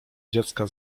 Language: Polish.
dziecka